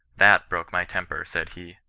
that broke my temper said he.